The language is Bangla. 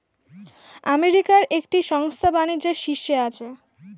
আমেরিকার একটি সংস্থা বাণিজ্যের শীর্ষে আছে